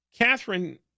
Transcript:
Catherine